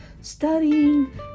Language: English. studying